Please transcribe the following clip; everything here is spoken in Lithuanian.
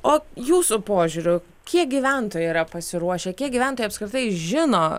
o jūsų požiūriu kiek gyventojai yra pasiruošę kiek gyventojai apskritai žino